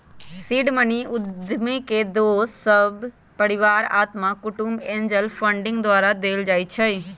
seed money उद्यमी के दोस सभ, परिवार, अत्मा कुटूम्ब, एंजल फंडिंग द्वारा देल जाइ छइ